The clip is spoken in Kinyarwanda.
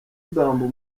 bambu